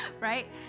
Right